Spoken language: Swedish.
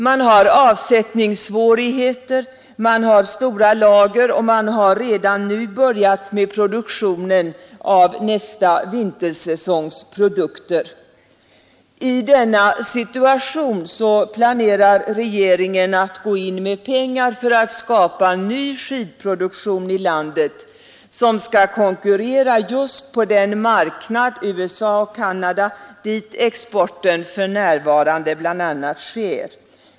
Man har avsättningssvårigheter, man har stora lager och man har redan nu börjat med produktionen av nästa vintersäsongs produkter. I denna situation planerar regeringen att gå in med pengar för att skapa ny skidproduktion i landet, som skall konkurrera just på den nuvarande exportmarknaden, bl.a. USA och Canada.